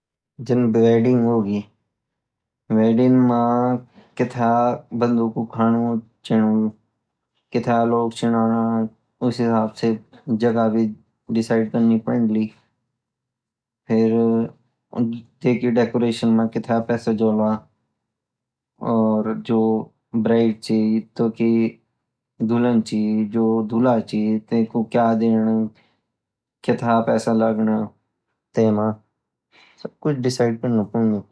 जान वेडिंग होली वेडिंग मई कथा बन्दों का खाना छेनू कथा लोग ची ओना उस हिसाब साई जगह भी डिसाइड करनी पडली टेका डेकोरेशन मई कथा पैसा जोला और जो ब्राइड ची जिओ चिओ ढुलान छबि धुला ची टेकु क्या दें कथा पैसा लगला तेमा सब कुछ डिसाइड क्रंउपादनु